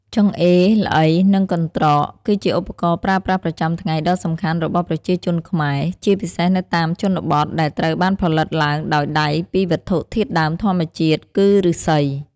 ចង្អេរ ល្អី និងកន្រ្តក គឺជាឧបករណ៍ប្រើប្រាស់ប្រចាំថ្ងៃដ៏សំខាន់របស់ប្រជាជនខ្មែរ ជាពិសេសនៅតាមជនបទ ដែលត្រូវបានផលិតឡើងដោយដៃពីវត្ថុធាតុដើមធម្មជាតិ គឺ ឫស្សី។